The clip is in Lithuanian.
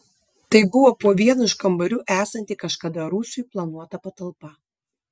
tai buvo po vienu iš kambarių esanti kažkada rūsiui planuota patalpa